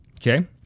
Okay